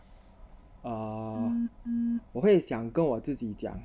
uh 我会想跟我自己讲